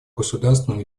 государственном